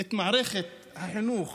את מערכת החינוך